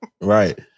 right